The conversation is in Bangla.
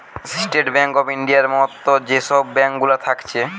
স্টেট বেঙ্ক অফ ইন্ডিয়ার মত যে সব ব্যাঙ্ক গুলা থাকছে